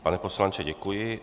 Pane poslanče, děkuji.